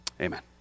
Amen